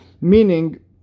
Meaning